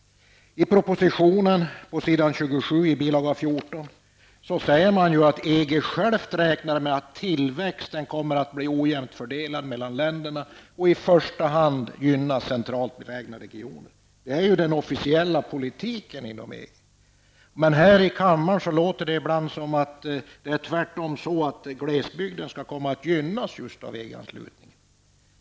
I propositionen sägs t.o.m. på s. 27 i bil. 14 att EG självt räknar med att tillväxten kommer att bli ojämnt fördelad mellan länderna och i första hand gynna centralt belägna regioner. Det är ju den officiella politiken inom EG. Här i kammaren låter det ibland tvärtom så att glesbygden kommer att gynnas av en EG anslutning.